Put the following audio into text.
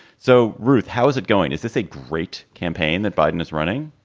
so, ruth, how is it going? is this a great campaign that biden is running?